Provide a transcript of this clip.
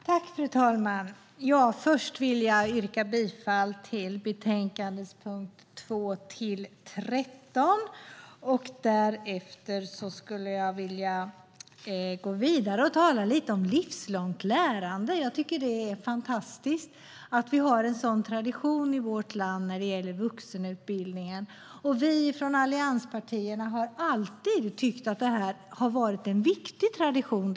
Fru talman! Först vill jag yrka bifall till utskottets förslag under punkterna 2-13. Därefter skulle jag vilja gå vidare och tala lite om livslångt lärande. Jag tycker att det är fantastiskt att vi har en sådan tradition i vårt land när det gäller vuxenutbildningen. Vi från allianspartierna har dessutom alltid tyckt att det har varit en viktig tradition.